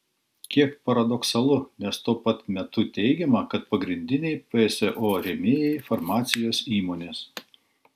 kiek paradoksalu nes tuo pat metu teigiama kad pagrindiniai pso rėmėjai farmacijos įmonės